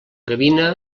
gavina